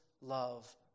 love